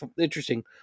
interesting